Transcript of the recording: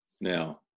Now